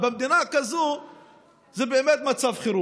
במדינה כזאת זה באמת מצב חירום.